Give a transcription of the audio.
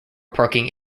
parking